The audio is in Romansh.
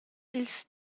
ils